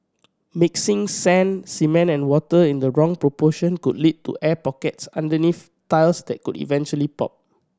mixing sand cement and water in the wrong proportion could lead to air pockets underneath tiles that could eventually pop